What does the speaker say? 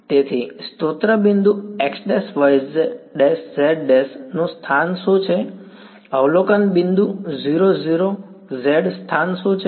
તેથી સ્ત્રોત બિંદુ x'y'z' નું સ્થાન શું છે અવલોકન બિંદુ 00z સ્થાન શું છે